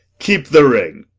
keep the ring,